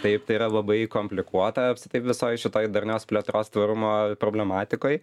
taip tai yra labai komplikuota apskritai visoj šitoj darnios plėtros tvarumo problematikoj